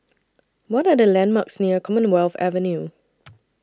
What Are The landmarks near Commonwealth Avenue